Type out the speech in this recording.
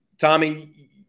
Tommy